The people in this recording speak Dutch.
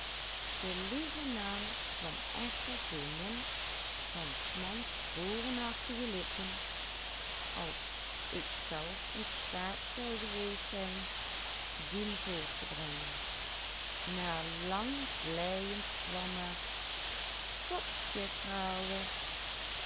als ikzelf in staat zou geweest zijn dien voort te brengen na lang vleiens kwam er